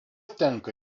tenka